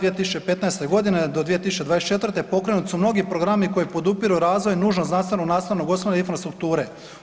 2015. godine do 2024. pokrenuti su mnogi programi koji podupiru razvoj nužan znanstveno nastavnog osnova infrastrukture.